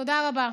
תודה רבה.